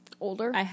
Older